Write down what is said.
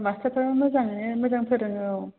मास्टारफ्राबो मोजाङैनो मोजां फोरोङो औ